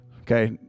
okay